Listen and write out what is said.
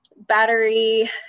battery